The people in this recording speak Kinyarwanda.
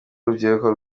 urubyiruko